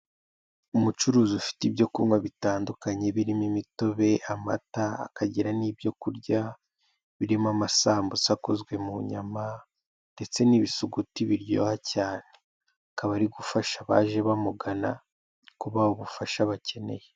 Umucuruzi ufite ibyokunkwa bitandukanye birimo imitobe , amata akagira n'ibyokurya birimo amasambusa akozwe munyama ndetse n'ibisuguti biryoha cyane, akaba ari gufasha abaje bamugana kubaha ubufasha bakeneye.